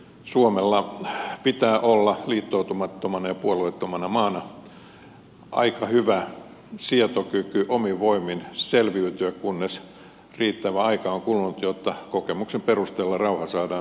suomella pitää olla liittoutumattomana ja puolueettomana maana aika hyvä sietokyky omin voimin selviytyä kunnes riittävä aika on kulunut jotta kokemuksen perusteella rauha saadaan solmituksi